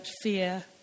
fear